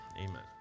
Amen